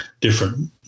different